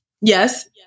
Yes